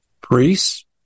priests